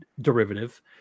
derivative